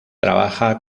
trabaja